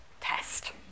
test